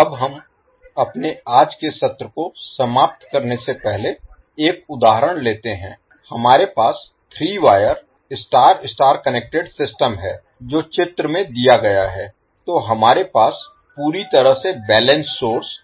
अब हम अपने आज के सत्र को समाप्त करने से पहले एक उदाहरण लेते हैं हमारे पास 3 wire star star connected system है जो चित्र में दिया गया है तो हमारे पास पूरी तरह से बैलेंस्ड सोर्स